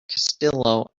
castillo